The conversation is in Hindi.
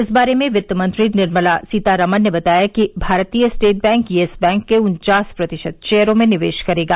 इस बारे में वित्त मंत्री निर्मला सीतारामन ने बताया कि Bharatiya State Bank Yes Bank के उन्चास प्रतिशत शेयरों में निवेश करेगा